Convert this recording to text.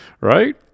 right